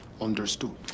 Understood